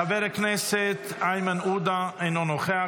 חבר הכנסת איימן עודה, אינו נוכח,